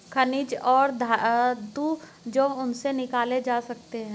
खनिज और धातु जो उनसे निकाले जा सकते हैं